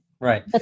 right